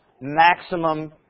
maximum